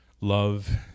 love